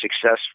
success